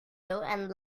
and